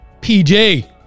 PJ